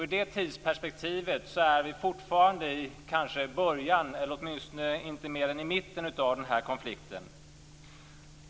I det tidsperspektivet är vi fortfarande i början eller åtminstone inte mer än i mitten av den här konflikten.